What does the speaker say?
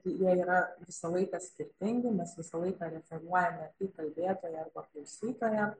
jie yra visą laiką skirtingi mes visą laiką referuojame į kalbėtoją arba klausytoją